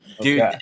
Dude